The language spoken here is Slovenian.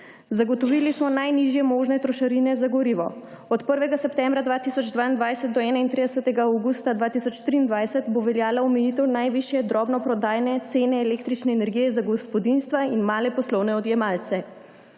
Zagotovili smo najnižje možne trošarine za gorivo. Od 1. septembra 2022 do 31. avgusta 2023 bo veljala omejitev najvišje drobnoprodajne cene električne energije za gospodinjstva in male poslovne odjemalce.